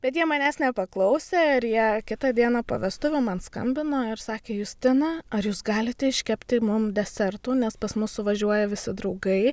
bet jie manęs nepaklausė ir jie kitą dieną po vestuvių man skambino ir sakė justina ar jūs galite iškepti mum desertų nes pas mus suvažiuoja visi draugai